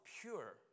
pure